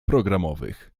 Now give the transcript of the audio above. programowych